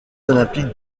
olympiques